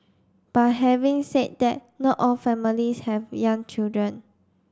but having said that not all families have young children